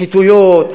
שחיתויות,